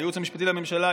לייעוץ המשפטי לממשלה,